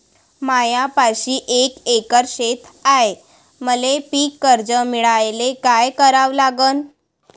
मायापाशी एक एकर शेत हाये, मले पीककर्ज मिळायले काय करावं लागन?